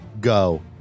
go